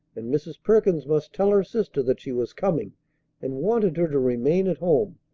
and mrs. perkins must tell her sister that she was coming and wanted her to remain at home.